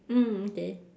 mm okay